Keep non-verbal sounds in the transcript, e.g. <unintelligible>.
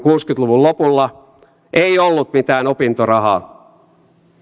<unintelligible> kuusikymmentä luvun lopulla ei ollut mitään opintorahaa